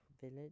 village